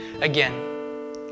again